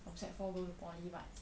from sec four go to poly but